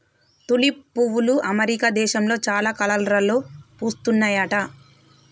tulip పువ్వులు America దేశంలో చాలా కలర్లలో పూస్తుంటాయట